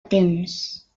temps